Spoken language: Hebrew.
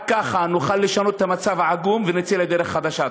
רק ככה נוכל לשנות את המצב העגום ונצא לדרך חדשה.